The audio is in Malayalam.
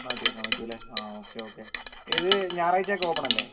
മാറ്റി വയ്ക്കാൻ പറ്റുമല്ലേ ആ ഓക്കെ ഓക്കെ ഇത് ഞായറാഴ്ച്ചയൊക്കെ ഓപ്പൺ അല്ലേ